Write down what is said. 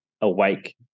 awake